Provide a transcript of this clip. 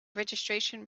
registration